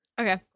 Okay